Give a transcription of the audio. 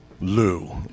Lou